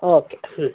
okay ಹ್ಞೂ